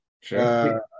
sure